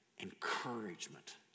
encouragement